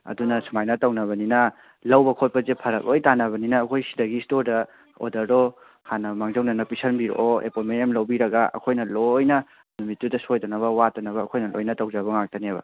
ꯑꯗꯨꯅ ꯁꯨꯃꯥꯏꯅ ꯇꯧꯅꯕꯅꯤꯅ ꯂꯧꯕ ꯈꯣꯠꯄꯁꯦ ꯐꯔꯛ ꯂꯣꯏ ꯇꯥꯅꯕꯅꯤꯅ ꯑꯩꯈꯣꯏ ꯁꯤꯗꯒꯤ ꯏꯁꯇꯣꯔꯗ ꯑꯣꯔꯗꯔꯗꯣ ꯍꯥꯟꯅ ꯃꯥꯡꯖꯧꯅꯅ ꯄꯤꯁꯟꯕꯤꯔꯛꯑꯣ ꯑꯦꯄꯦꯟꯃꯦꯟ ꯑꯃ ꯂꯧꯕꯤꯔꯒ ꯑꯩꯈꯣꯏꯅ ꯂꯣꯏꯅ ꯅꯨꯃꯤꯠꯇꯨꯗ ꯁꯣꯏꯗꯅꯕ ꯋꯥꯠꯇꯅꯕ ꯑꯩꯈꯣꯏꯅ ꯂꯣꯏꯅ ꯇꯧꯖꯕ ꯉꯥꯛꯇꯅꯦꯕ